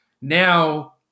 Now